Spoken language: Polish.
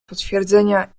potwierdzenia